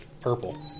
purple